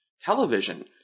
television